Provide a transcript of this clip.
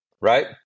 right